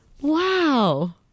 Wow